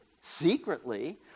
secretly